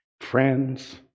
friends